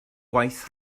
gwaith